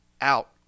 out